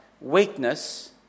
weakness